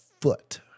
foot